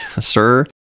sir